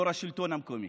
יו"ר השלטון המקומי,